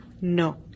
No